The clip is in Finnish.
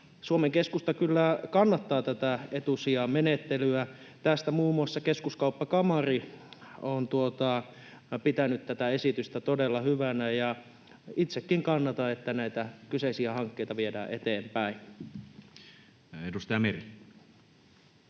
Suomen Keskusta kyllä kannattaa tätä etusijamenettelyä. Muun muassa keskuskauppakamari on pitänyt tätä esitystä todella hyvänä ja itsekin kannatan, että näitä kyseisiä hankkeita viedään eteenpäin. Edustaja Meri.